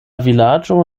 vilaĝo